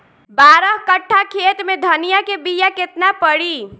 बारह कट्ठाखेत में धनिया के बीया केतना परी?